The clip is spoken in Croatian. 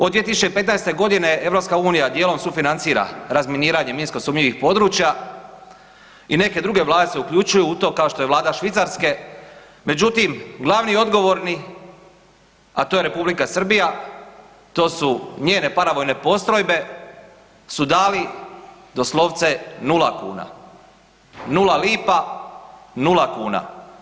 Od 2015. godine EU dijelom sufinancira razminiranje minsko sumnjivih područja i neke druge vlade se uključuju u to kao što je vlada Švicarske, međutim glavni i odgovorni, a to je Republika Srbija, to su njene paravojne postrojbe su dali doslovce nula kuna, nula lipa, nula kuna.